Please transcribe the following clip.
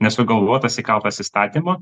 nesugalvotas įkaltas įstatymo